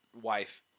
wife